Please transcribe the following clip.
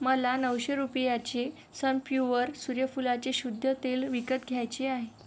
मला नऊशे रुपयाचे सनप्युअर सूर्यफुलाचे शुद्ध तेल विकत घ्यायचे आहे